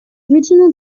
original